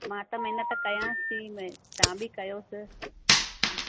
मां त महिनत कयांसि ती भई तां बि कयोसि